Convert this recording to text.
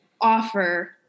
offer